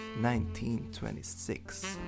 1926